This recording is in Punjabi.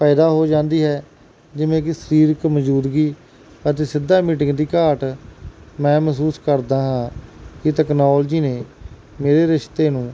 ਪੈਦਾ ਹੋ ਜਾਂਦੀ ਹੈ ਜਿਵੇਂ ਕਿ ਸਰੀਰਕ ਮੌਜੂਦਗੀ ਅੱਜ ਸਿੱਧਾ ਮੀਟਿੰਗ ਦੀ ਘਾਟ ਮੈਂ ਮਹਿਸੂਸ ਕਰਦਾ ਹਾਂ ਕਿ ਤਕਨਾਲੋਜੀ ਨੇ ਮੇਰੇ ਰਿਸ਼ਤੇ ਨੂੰ